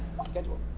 schedule